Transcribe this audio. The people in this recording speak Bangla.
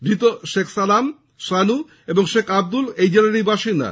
ধৃত শেখ সালাম সানু ও শেখ আব্দুল ওই জেলারই বাসিন্দা